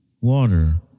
water